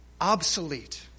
obsolete